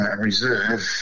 reserve